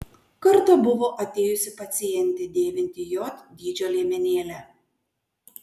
kartą buvo atėjusi pacientė dėvinti j dydžio liemenėlę